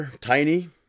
tiny